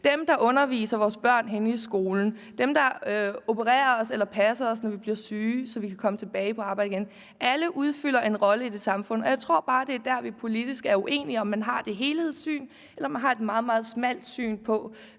Dem, der underviser vores børn i skolen, dem, der opererer os eller passer os, når vi bliver syge, så vi kan komme tilbage på arbejde igen. Alle udfylder en rolle i vores samfund, og jeg tror bare, det er der, at vi politisk er uenige. Altså, har man et helhedssyn, eller har man et meget, meget smalt syn på,